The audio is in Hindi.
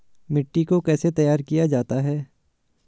मिट्टी को कैसे तैयार किया जाता है?